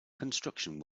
construction